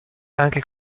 anche